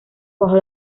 bajo